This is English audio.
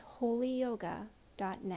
holyyoga.net